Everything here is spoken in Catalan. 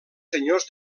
senyors